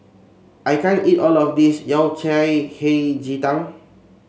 I can't eat all of this Yao Cai Hei Ji Tang